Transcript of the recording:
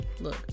Look